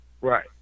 Right